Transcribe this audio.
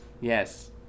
Yes